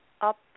up